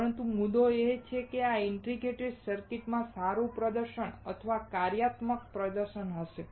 પરંતુ મુદ્દો એ છે કે આ ઇન્ટિગ્રેટેડ સર્કિટ્સમાં સારું પ્રદર્શન અથવા કાર્યાત્મક પ્રદર્શન હશે